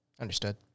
Understood